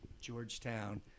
Georgetown